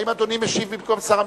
האם אדוני משיב במקום,